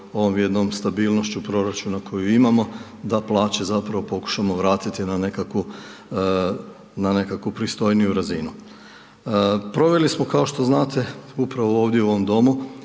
ovom jednom stabilnošću proračuna koju imamo, da plaće zapravo pokušamo vratiti na nekakvu pristojniju razinu. Proveli smo, kao što znate, upravo ovdje u ovom domu,